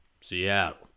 Seattle